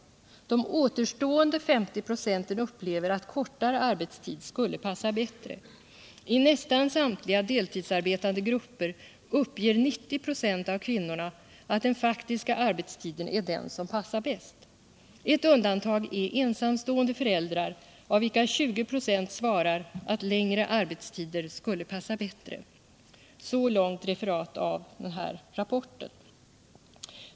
Återstående 50 96 upplever att kortare arbetstid skulle passa bättre. I nästan samtliga deltidsarbetande grupper uppger 90 96 av kvinnorna att den faktiska arbetstiden är den som passar bäst. Ett undantag är ensamstående föräldrar, av vilka 20 96 svarar att längre arbetstider skulle passa bättre. Så långt referat av den här rapporten.